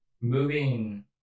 moving